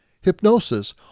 Hypnosis